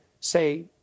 say